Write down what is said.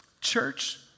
Church